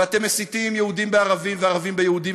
ואתם מסיתים יהודים בערבים וערבים ביהודים.